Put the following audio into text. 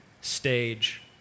stage